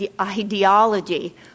ideology